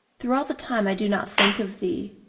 through all the time i do not think of thee,